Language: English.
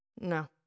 No